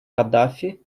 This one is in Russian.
каддафи